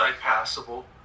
passable